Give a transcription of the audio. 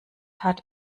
hat